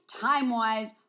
time-wise